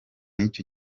icyo